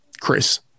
Chris